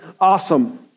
Awesome